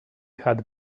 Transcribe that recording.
had